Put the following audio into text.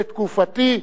בתקופתי,